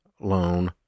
loan